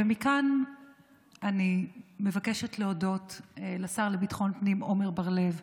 ומכאן אני מבקשת להודות לשר לביטחון פנים עמר בר לב,